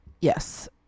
yes